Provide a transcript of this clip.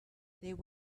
there